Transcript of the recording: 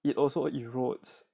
it also erodes